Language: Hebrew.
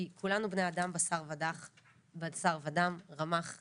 כי כולנו בני אדם, בשר ודם, רמ"ח איברים,